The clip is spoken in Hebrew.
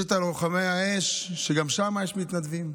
יש את לוחמי האש, שגם שם יש מתנדבים.